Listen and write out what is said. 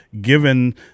given